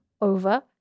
over